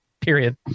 period